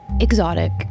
exotic